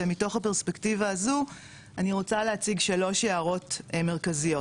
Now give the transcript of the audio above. ומתוך הפרספקטיבה הזו אני רוצה להציג שלוש הערות מרכזיות,